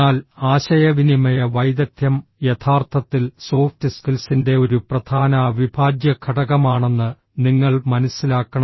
എന്നാൽ ആശയവിനിമയ വൈദഗ്ദ്ധ്യം യഥാർത്ഥത്തിൽ സോഫ്റ്റ് സ്കിൽസിന്റെ ഒരു പ്രധാന അവിഭാജ്യ ഘടകമാണെന്ന് നിങ്ങൾ മനസ്സിലാക്കണം